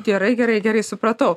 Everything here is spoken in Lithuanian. gerai gerai gerai supratau